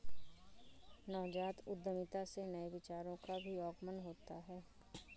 नवजात उद्यमिता से नए विचारों का भी आगमन होता है